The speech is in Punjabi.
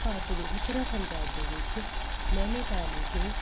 ਭਾਰਤ ਦੇ ਉੱਤਰਾਖੰਡ ਰਾਜ ਦੇ ਵਿੱਚ ਨੈਨੀਤਾਲ ਵਿਖੇ